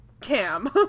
Cam